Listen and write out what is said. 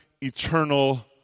eternal